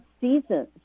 seasons